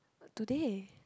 today